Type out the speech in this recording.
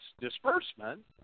disbursement